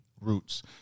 Roots